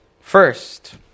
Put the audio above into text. First